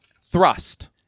thrust